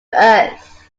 earth